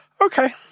Okay